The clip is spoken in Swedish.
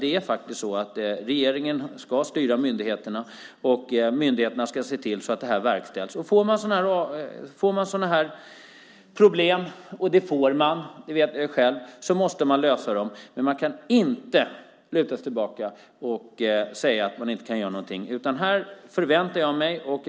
Det är faktiskt regeringen som ska styra myndigheterna, och myndigheterna ska se till att detta verkställs. Och om man får sådana här problem - och det får man; det vet jag - måste man lösa dem. Men man kan inte luta sig tillbaka och säga att man inte kan göra någonting. Här förväntar jag mig någonting.